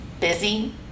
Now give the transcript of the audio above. busy